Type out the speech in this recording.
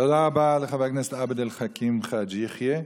תודה רבה לחבר הכנסת עבד אל חכים חאג' יחיא.